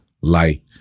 light